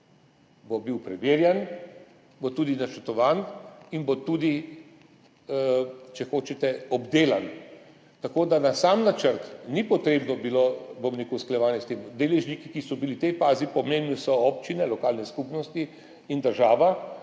bo preverjen, bo tudi načrtovan in bo tudi, če hočete, obdelan. Tako da za sam načrt ni bilo potrebno, bom rekel, usklajevanje. Deležniki, ki so bili v tej fazi pomembni, so občine, lokalne skupnosti in država